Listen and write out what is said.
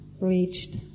reached